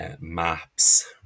maps